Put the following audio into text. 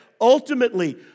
Ultimately